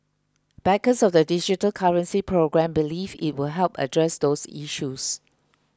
backers of the digital currency programme believe it will help address those issues